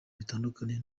bitandukaniye